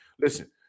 Listen